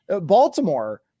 Baltimore